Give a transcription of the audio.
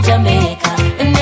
Jamaica